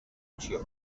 acció